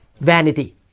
vanity